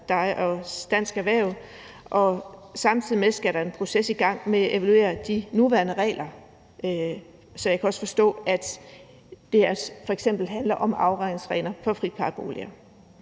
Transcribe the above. og Dansk Erhverv, og samtidig med det skal der en proces i gang med at evaluere de nuværende regler. Jeg kan forstå, at det f.eks. handler om afregningsregler i forhold